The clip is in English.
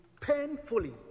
painfully